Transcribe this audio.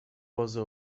pozy